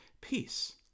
peace